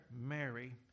Mary